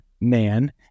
man